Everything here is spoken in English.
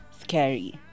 scary